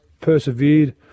persevered